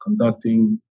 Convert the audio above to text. conducting